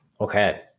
Okay